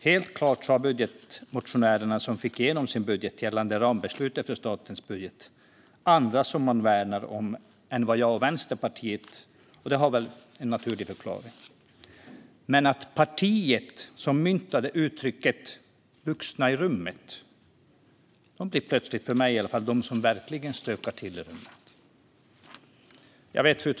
Helt klart har budgetmotionärerna som fick igenom sin budget gällande rambeslutet för statens budget andra som man värnar om än vad jag och Vänsterpartiet värnar om, och det har väl en naturlig förklaring. Partiet som myntade uttrycket vuxna i rummet blir plötsligt, i alla fall för mig, det parti som verkligen stökar till det. Fru talman!